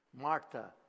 Martha